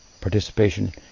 participation